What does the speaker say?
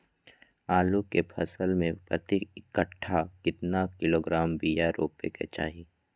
आलू के फसल में प्रति कट्ठा कितना किलोग्राम बिया रोपे के चाहि?